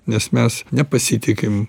nes mes nepasitikim